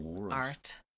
Art